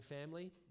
family